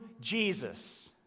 Jesus